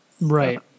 right